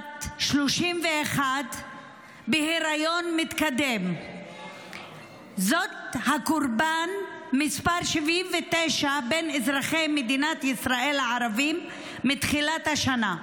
בת 31. זאת הקורבן מס' 79 בין אזרחי מדינת ישראל הערבים מתחילת השנה.